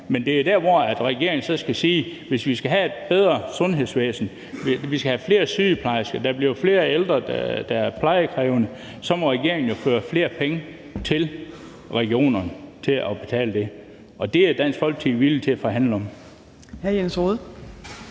Men det er der, hvor regeringen jo, hvis vi skal have et bedre sundhedsvæsen, hvis vi skal have flere sygeplejersker – og der bliver flere ældre, der er plejekrævende – så må føre flere penge til regionerne til at betale det. Det er Dansk Folkeparti villige til at forhandle om.